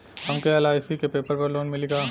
हमके एल.आई.सी के पेपर पर लोन मिली का?